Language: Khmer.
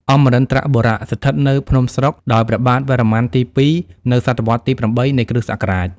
អម្រិន្ទបុរៈ ស្ថិតនៅ ភ្នំស្រុក ដោយព្រះបាទវរ្ម័នទី២ នៅសតវត្សរ៍ទី៨ នៃ គ្រិស្តសករាជ ។